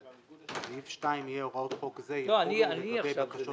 סעיף 2 יאמר: הוראות חוק זה יחולו לגבי בקשות